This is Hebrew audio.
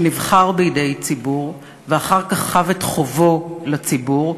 שנבחר בידי ציבור ואחר כך חב את חובו לציבור,